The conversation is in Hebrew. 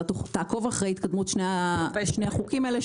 תעקוב אחרי התקדמות שני החוקים האלה,